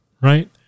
right